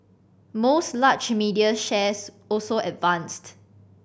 most large media shares also advanced